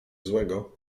złego